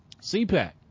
CPAC